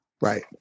right